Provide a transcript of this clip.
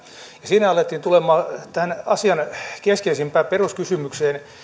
siinä alettiin tulla tähän asian keskeisimpään peruskysymykseen